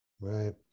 Right